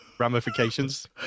ramifications